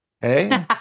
Hey